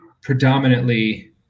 predominantly